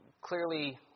Clearly